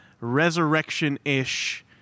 resurrection-ish